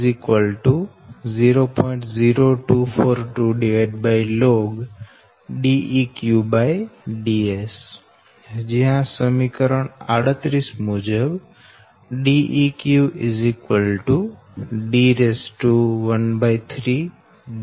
0242log Deq Ds જયાં સમીકરણ 38 મુજબ Deq D13